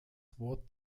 wort